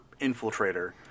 infiltrator